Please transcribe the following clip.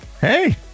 Hey